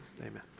Amen